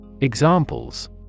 Examples